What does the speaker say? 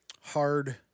hard